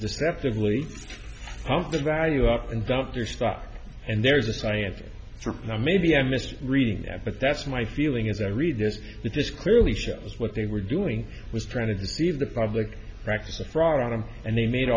deceptively pump the value up and dump their stock and there is a science or maybe i'm misreading that but that's my feeling as i read this just clearly shows what they were doing was trying to deceive the public practice a fraud on them and they made